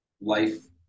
life